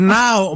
now